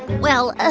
well, ah